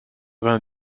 vingt